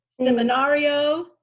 Seminario